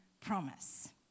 promise